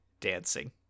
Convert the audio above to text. dancing